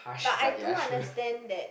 but I do understand that